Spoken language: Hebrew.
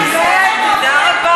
תודה רבה, באמת תודה רבה.